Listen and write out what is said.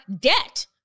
debt